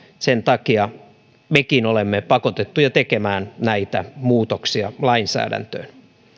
sen takia mekin olemme pakotettuja tekemään näitä muutoksia lainsäädäntöön